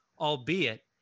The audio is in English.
Albeit